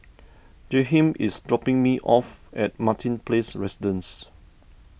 Jaheim is dropping me off at Martin Place Residences